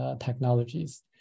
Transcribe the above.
technologies